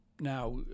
now